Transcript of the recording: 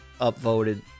upvoted